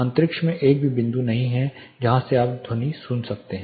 अंतरिक्ष में एक भी बिंदु नहीं है जहां से आप ध्वनि सुन सकते हैं